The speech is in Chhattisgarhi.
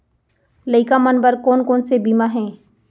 लइका मन बर कोन कोन से बीमा हे?